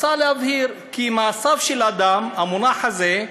מוצע להבהיר כי "מעשיו של האדם", המונח הזה,